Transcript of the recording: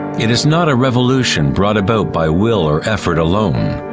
it is not a revolution brought about by will or effort alone.